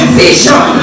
vision